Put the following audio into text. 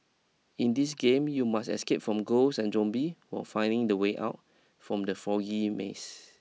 in this game you must escape from ghosts and zombie while finding the way out from the foggy maze